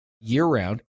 year-round